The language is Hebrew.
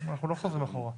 אנחנו לא חוזרים אחורה.